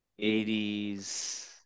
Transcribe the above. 80s